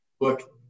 look